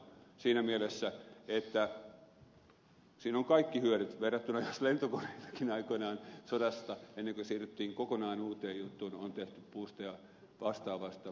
siinä on kaikki hyödyt verrattuna lentokone sin aikoinaan sodasta ei siihen jos lentokoneitakin sodassa on aikoinaan tehty puusta ja vastaavasta ennen kuin siirryttiin kokonaan uuteen juttuun